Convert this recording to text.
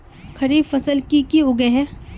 खरीफ फसल की की उगैहे?